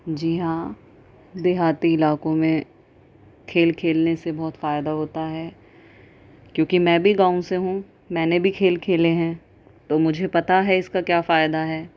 جی ہاں دیہاتی علاقوں میں کھیل کھیلنے سے بہت فائدہ ہوتا ہے کیونکہ میں بھی گاؤں سے ہوں میں نے بھی کھیل کھیلے ہیں تو مجھے پتہ ہے اس کا کیا فائدہ ہے